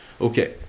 okay